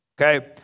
okay